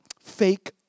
fake